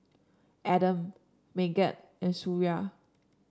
Adam Megat and Suria